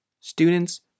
students